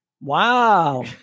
wow